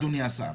אדוני השר,